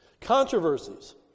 Controversies